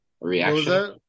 Reaction